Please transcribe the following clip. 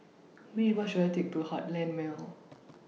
Which Bus should I Take to Heartland Mall